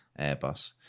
Airbus